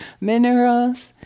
minerals